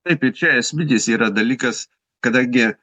taip ir čia esminis yra dalykas kadangi